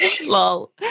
lol